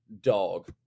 dog